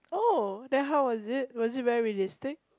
oh then how was it was it very realistic